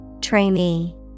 Trainee